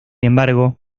embargo